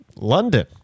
London